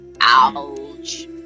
Ouch